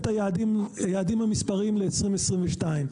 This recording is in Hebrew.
היעדים המספריים ל-2022.